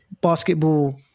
basketball